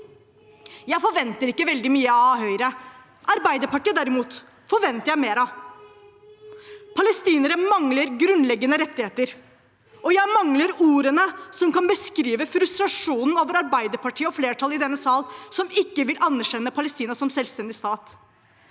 Jeg forventer ikke veldig mye av Høyre. Arbeiderpartiet derimot forventer jeg mer av. Palestinere mangler grunnleggende rettigheter, og jeg mangler ordene som kan beskrive frustrasjonen over Arbeiderpartiet og flertallet i denne sal, som ikke vil anerkjenne Palestina som selvstendig stat.